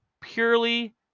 purely